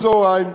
בצהריים,